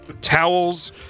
towels